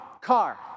car